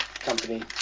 Company